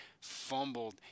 fumbled